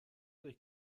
durch